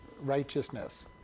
righteousness